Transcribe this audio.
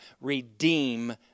redeem